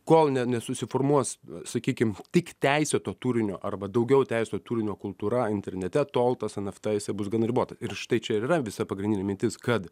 kol ne nesusiformuos sakykim tik teisėto turinio arba daugiau teisėto turinio kultūra internete tol tas nft bus gan ribota ir štai čia ir yra visa pagrindinė mintis kad